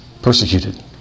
Persecuted